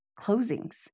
closings